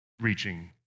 reaching